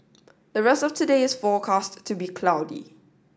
the rest of today is forecast to be cloudy